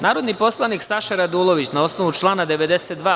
Narodni poslanik Saša Radulović, na osnovu člana 92.